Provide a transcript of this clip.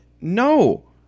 no